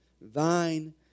Thine